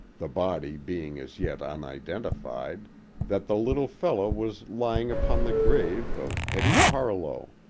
the body being as yet unidentified that the little fellow was lying upon the grave of hetty parlow.